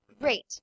Great